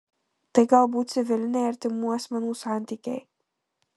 tai galbūt civiliniai artimų asmenų santykiai